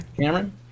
Cameron